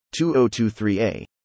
2023a